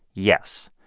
yes,